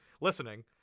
listening